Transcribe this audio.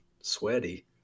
sweaty